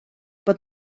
bod